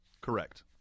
Correct